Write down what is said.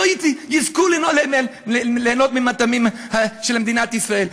שלא יזכו ליהנות מהמטעמים של מדינת ישראל?